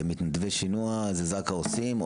מתנדבי שינוע זה זק"א עושים,